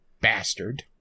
bastard